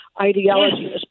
ideology